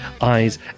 eyes